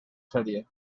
serie